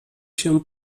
się